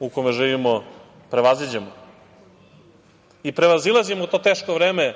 u kome živimo prevaziđemo i prevazilazimo to teško vreme.